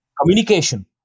Communication